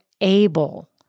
able